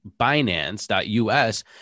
binance.us